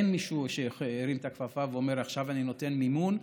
אין מישהו שמרים את הכפפה ואומר: עכשיו אני נותן מימון,